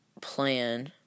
plan